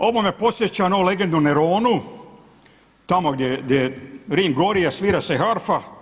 Ovo me podsjeća na legendu o Neronu, tamo gdje Rim gori a svira se harfa.